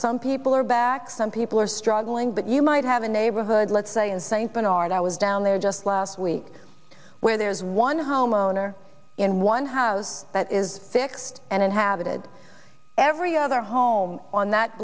some people are back some people are struggling but you might have a neighborhood let's say in st bernard i was down there just last week where there's one homeowner in one house that is fixed and inhabited every other home on that